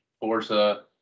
Forza